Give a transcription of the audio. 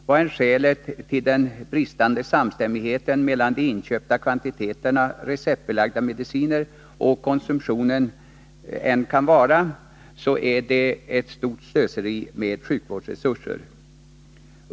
Vad än skälet till den bristande samstämmigheten mellan de inköpta kvantiteterna receptbelagda mediciner och konsumtionens storlek kan vara, så innebär detta ett stort slöseri med sjukvårdsresurser.